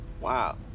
Wow